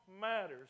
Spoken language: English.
matters